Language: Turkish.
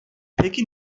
peki